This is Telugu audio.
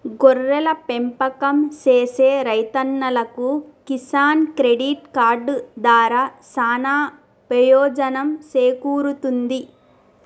గొర్రెల పెంపకం సేసే రైతన్నలకు కిసాన్ క్రెడిట్ కార్డు దారా సానా పెయోజనం సేకూరుతుంది